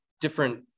different